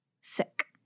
sick